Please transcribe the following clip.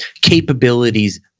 capabilities